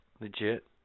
Legit